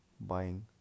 buying